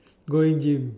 going gym